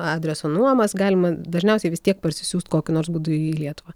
adreso nuomas galima dažniausiai vis tiek parsisiųst kokiu nors būdu į lietuvą